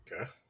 Okay